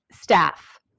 staff